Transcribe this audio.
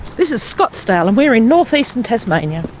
this is scottsdale and we are in north-eastern tasmania.